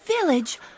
village